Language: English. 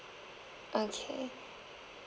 okay